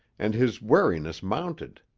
and his wariness mounted.